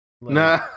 Nah